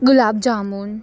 gulab jamun